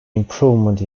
improvement